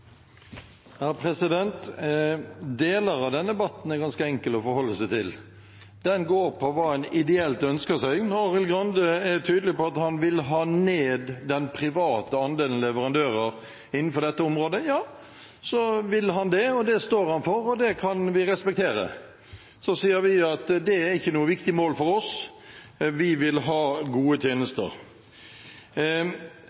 ganske enkel å forholde seg til. Den går på hva en ideelt ønsker seg. Når Arild Grande er tydelig på at han vil ha ned andelen private leverandører innenfor dette området, ja så vil han det, det står han for, og det kan vi respektere. Så sier vi at det ikke er noe viktig mål for oss, vi vil ha gode